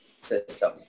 system